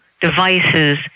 devices